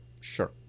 Sure